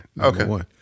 okay